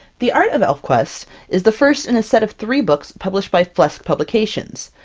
the art of elfquest is the first in a set of three books published by flesk publications.